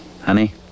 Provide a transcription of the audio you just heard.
honey